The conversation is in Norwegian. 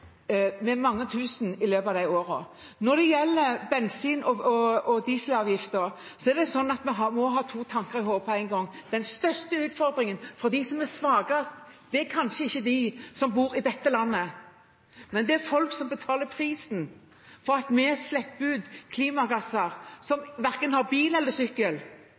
Når det gjelder bensin- og dieselavgifter, må vi ha to tanker i hodet på en gang. Den største utfordringen for dem som er svakest – og det er kanskje ikke de som bor i dette landet, men folk som betaler prisen for at vi slipper ut klimagasser, og som verken har bil eller sykkel